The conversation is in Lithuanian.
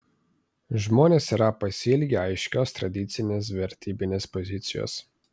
žmonės yra pasiilgę aiškios tradicinės vertybinės pozicijos